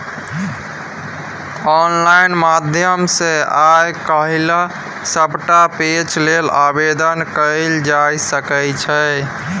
online माध्यम सँ आय काल्हि सभटा पैंच लेल आवेदन कएल जाए सकैत छै